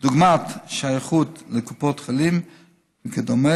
דוגמת שייכות לקופת חולים וכדומה,